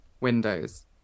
windows